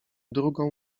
drugą